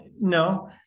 No